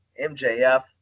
mjf